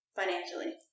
financially